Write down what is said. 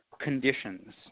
conditions